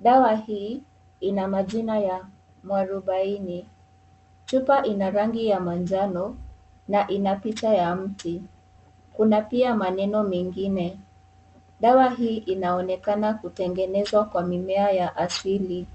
dawa hii ina majina ya muarubaini . Chupa ina rangi ya manjano na ina picha ya mti . Kuna pia maneno mengine . Dawa hii inaonekana kutengenezwa kwa mimea ya asili.